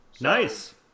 Nice